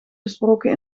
besproken